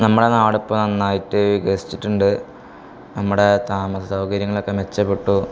നമ്മളെ നാടിപ്പം നന്നായിട്ട് വികസിച്ചിട്ടുണ്ട് നമ്മുടെ താമസസൗകര്യങ്ങളൊക്കെ മെച്ചപ്പെട്ടു